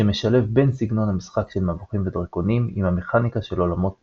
שמשלב בין סגנון המשחק של מבוכים ודרקונים עם המכניקה של עולמות פראיים,